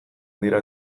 dira